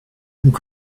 nous